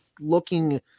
looking